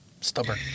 stubborn